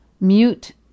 Mute